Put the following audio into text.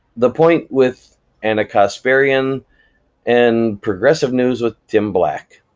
the point with ana kasparian and progressive news with tim black.